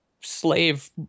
slave